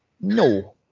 No